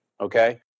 okay